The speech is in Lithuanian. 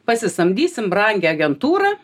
pasisamdysim brangią agentūrą